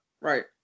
right